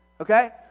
okay